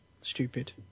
stupid